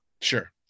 Sure